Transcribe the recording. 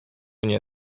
nie